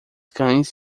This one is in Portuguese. cães